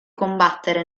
combattere